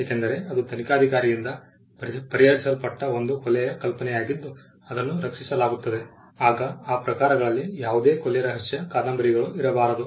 ಏಕೆಂದರೆ ಅದು ತನಿಖಾಧಿಕಾರಿಯಿಂದ ಪರಿಹರಿಸಲ್ಪಟ್ಟ ಒಂದು ಕೊಲೆಯ ಕಲ್ಪನೆಯಾಗಿದ್ದು ಅದನ್ನು ರಕ್ಷಿಸಲಾಗುತ್ತದೆ ಆಗ ಆ ಪ್ರಕಾರಗಳಲ್ಲಿ ಯಾವುದೇ ಕೊಲೆ ರಹಸ್ಯ ಕಾದಂಬರಿಗಳು ಇರಬಾರದು